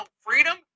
freedom